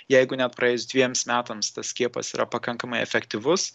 jeigu net praėjus dviems metams tas skiepas yra pakankamai efektyvus